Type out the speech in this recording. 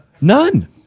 None